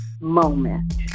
moment